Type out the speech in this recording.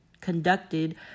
conducted